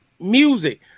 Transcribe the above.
music